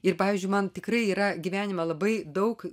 ir pavyzdžiui man tikrai yra gyvenime labai daug